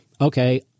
okay